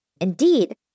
Indeed